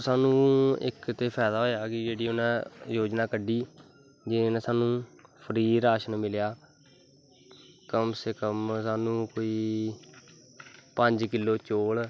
साह्नू इक ते फैदा होया जेह्की उन्न योजना कड्डी जेह्दै कन्नै साह्नू फ्री राशन मिलेआ कम से कम कोई पंज किलो चौल